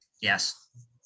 yes